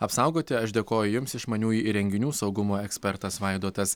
apsaugoti aš dėkoju jums išmanių įrenginių saugumo ekspertas vaidotas